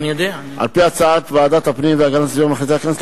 על-פי הצעת ועדת הפנים והגנת הסביבה מחליטה הכנסת,